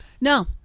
No